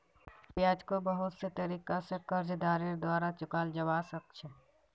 ब्याजको बहुत से तरीका स कर्जदारेर द्वारा चुकाल जबा सक छ